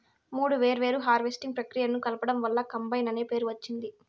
మూడు వేర్వేరు హార్వెస్టింగ్ ప్రక్రియలను కలపడం వల్ల కంబైన్ అనే పేరు వచ్చింది